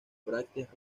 brácteas